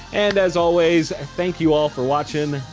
and as always, thank you all for watching,